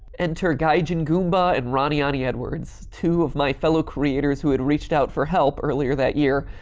enter gaijin goomba and ronnie oni edwards, two of my fellow creators who had reached out for help earlier that year.